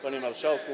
Panie Marszałku!